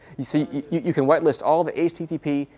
you see, you can white list all the http,